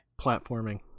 Platforming